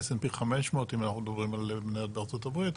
s&p 500 אם אנחנו מדברים על מניות בארצות הברית,